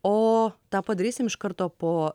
o tą padarysim iš karto po